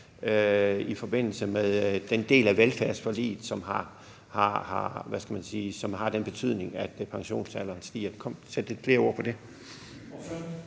i forbindelse med den del af velfærdsforliget, som indebærer, at pensionsalderen stiger. Kan ordføreren sætte lidt flere ord på det?